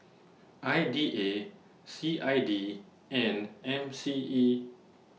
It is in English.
I D A C I D and M C E